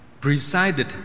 presided